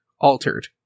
altered